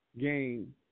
game